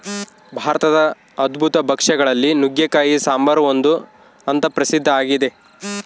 ಭಾರತದ ಅದ್ಭುತ ಭಕ್ಷ್ಯ ಗಳಲ್ಲಿ ನುಗ್ಗೆಕಾಯಿ ಸಾಂಬಾರು ಒಂದು ಅಂತ ಪ್ರಸಿದ್ಧ ಆಗಿದೆ